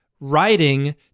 writing